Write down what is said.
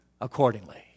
accordingly